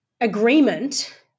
agreement